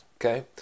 okay